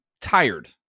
tired